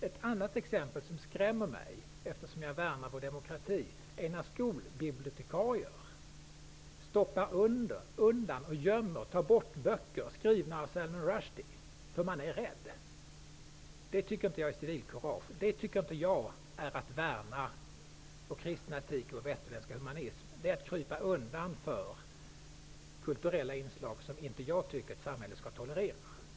Ett annat exempel som skrämmer mig, eftersom jag värnar vår demokrati, är när skolbibliotekarier stoppar undan och gömmer böcker som är skrivna av Salman Rushdie därför att de är rädda. Det tycker inte jag är att visa civilkurage eller att värna vår kristna etik och västerländska humanism. Det är att krypa undan för kulturella inslag som jag inte tycker att samhället skall tolerera.